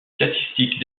statistiques